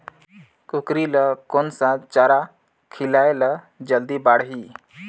कूकरी ल कोन सा चारा खिलाय ल जल्दी बाड़ही?